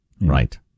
Right